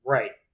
Right